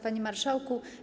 Panie Marszałku!